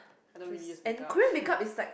I don't really use make up